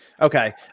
Okay